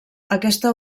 aquesta